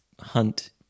hunt